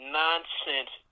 nonsense